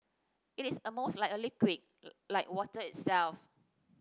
it is almost like a liquid like water itself